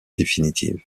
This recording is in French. définitive